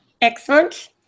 Excellent